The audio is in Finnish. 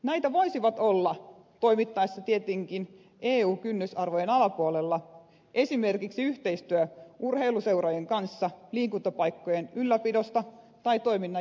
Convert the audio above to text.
näitä voisi olla toimittaessa tietenkin eu kynnysarvojen alapuolella esimerkiksi yhteistyö urheiluseurojen kanssa liikuntapaikkojen ylläpidossa tai toiminnan järjestämisessä